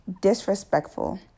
disrespectful